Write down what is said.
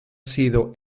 sido